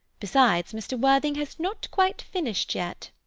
besides, mr. worthing has not quite finished yet.